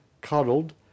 cuddled